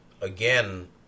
again